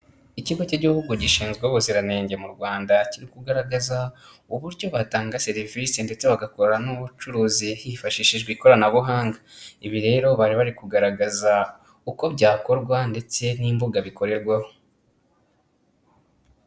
Ikigo cy'igihugu gishinzwe ubuziranenge mu Rwanda kiri kugaragaza uburyo batanga serivisi ndetse bagakora n'ubucuruzi hifashishijwe ikoranabuhanga ibi rero bari bari kugaragaza uko byakorwa ndetse n'imbuga bikorerwaho.